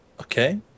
Okay